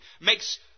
makes